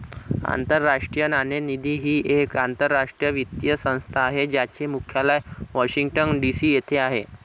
आंतरराष्ट्रीय नाणेनिधी ही एक आंतरराष्ट्रीय वित्तीय संस्था आहे ज्याचे मुख्यालय वॉशिंग्टन डी.सी येथे आहे